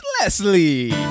Leslie